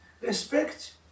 Respect